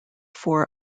four